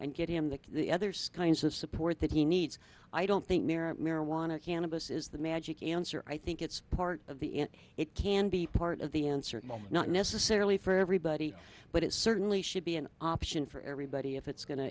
and get him the the other skins of support that he needs i don't think mere marijuana cannabis is the magic answer i think it's part of the it it can be part of the answer not necessarily for everybody but it certainly should be an option for everybody if it's go